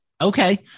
Okay